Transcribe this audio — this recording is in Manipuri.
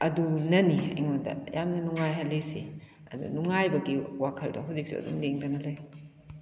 ꯑꯗꯨꯅꯅꯤ ꯑꯩꯉꯣꯟꯗ ꯌꯥꯝꯅ ꯅꯨꯡꯉꯥꯏꯍꯜꯂꯤꯁꯦ ꯑꯗꯣ ꯅꯨꯡꯉꯥꯏꯕꯒꯤ ꯋꯥꯈꯜꯗꯣ ꯍꯧꯖꯤꯛꯁꯨ ꯑꯗꯨꯝ ꯂꯦꯡꯗꯅ ꯂꯩ